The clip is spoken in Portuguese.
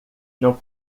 não